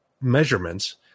measurements